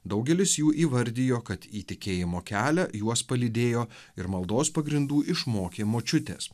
daugelis jų įvardijo kad į tikėjimo kelią juos palydėjo ir maldos pagrindų išmokė močiutės